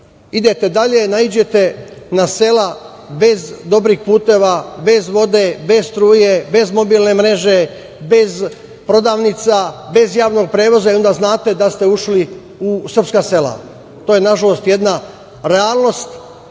idete dalje naiđete na sela bez dobrih puteva, bez vode, vez struje, bez mobilne mreže, bez prodavnica, bez javnog prevoza, onda znate da ste ušli u srpska sela. To je nažalost jedna realnost,